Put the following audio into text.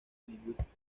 lingüísticos